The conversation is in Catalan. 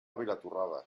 vilatorrada